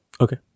Okay